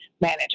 manage